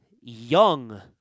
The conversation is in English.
Young